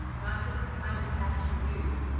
i'm just i'm just asking you,